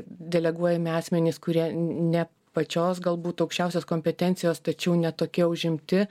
deleguojami asmenys kurie ne pačios galbūt aukščiausios kompetencijos tačiau ne tokie užimti